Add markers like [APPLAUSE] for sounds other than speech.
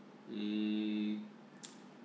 mm [NOISE]